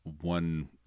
one